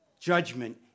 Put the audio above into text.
Judgment